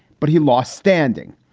but he lost standing.